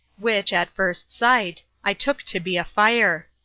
which, at first sight, i took to be a fire.